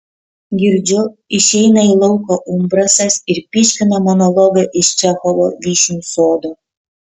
girdžiu išeina į lauką umbrasas ir pyškina monologą iš čechovo vyšnių sodo